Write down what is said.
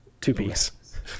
Two-piece